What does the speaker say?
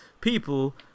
people